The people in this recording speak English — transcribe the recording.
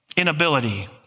inability